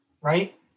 right